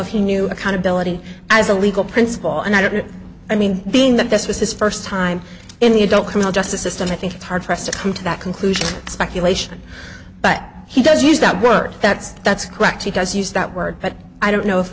if he knew accountability as a legal principle and i don't know i mean being that this was his first time in the adult criminal justice system i think it's hard for us to come to that conclusion speculation but he does use that word that's that's correct he does use that word but i don't know if